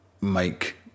make